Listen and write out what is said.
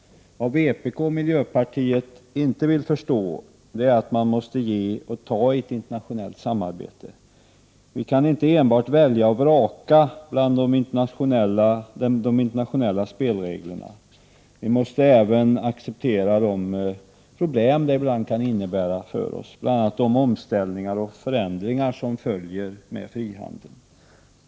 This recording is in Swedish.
Det vpk och miljöpartiet inte vill förstå är att man måste ge och ta i ett internationellt samarbete. Vi kan inte välja och vraka när det gäller de internationella spelreglerna. Vi måste även acceptera de problem dessa ibland kan innebära för oss med bl.a. de omställningar och förändringar som följer med frihandeln.